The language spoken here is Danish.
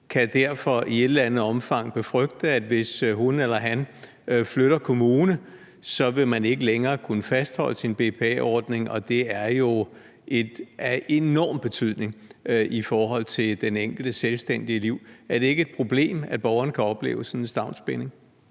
kan derfor i et eller andet omfang frygte, at vedkommende, hvis hun eller han flytter kommune, ikke længere vil kunne fastholde sin BPA-ordning, og det er jo af enorm betydning i forhold til den enkeltes selvstændige liv. Er det ikke et problem, at borgeren kan opleve sådan en stavnsbinding?